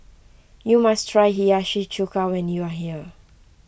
you must try Hiyashi Chuka when you are here